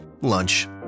Lunch